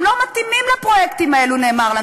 הרי זה קורה בכל העולם,